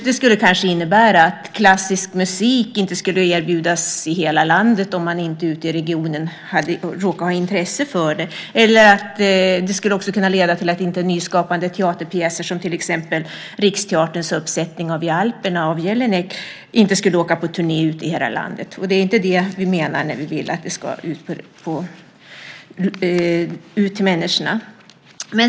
Det skulle kanske innebära att klassisk musik inte skulle erbjudas i hela landet om man inte råkade ha intresse för det ute i regionen. Det skulle också kunna leda till att nyskapade teaterpjäser, till exempel Riksteaterns uppsättning av I alperna av Jelinek, inte skulle åka på turné ute i landet. Det är inte det vi menar när vi vill att detta ska ut till människorna.